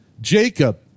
Jacob